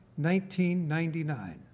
1999